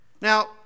Now